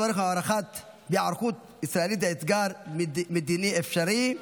והצורך בהיערכות ישראלית לאתגר מדיני אפשרי,